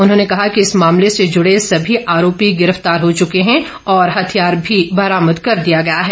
उन्होंने कहा कि इस मामले से जुड़े सभी आरोपी गिरफ्तार हो चुके हैं और हथियार भी बरामद कर दिया गया है